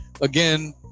again